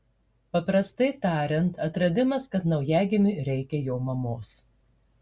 paprastai tariant atradimas kad naujagimiui reikia jo mamos